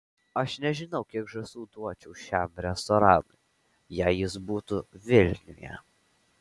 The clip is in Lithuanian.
aš nežinau kiek žąsų duočiau šiam restoranui jei jis būtų vilniuje